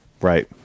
Right